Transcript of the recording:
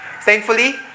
Thankfully